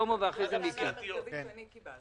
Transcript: שלמה, בבקשה.